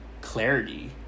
clarity